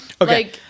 Okay